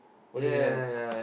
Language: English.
what do you have